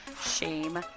shame